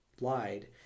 lied